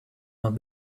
not